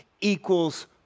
equals